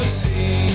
see